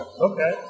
Okay